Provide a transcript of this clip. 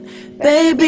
Baby